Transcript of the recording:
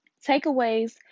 Takeaways